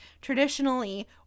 traditionally